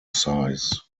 size